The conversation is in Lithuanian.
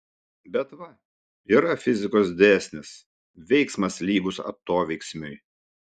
bet va yra fizikos dėsnis veiksmas lygus atoveiksmiui